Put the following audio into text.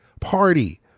Party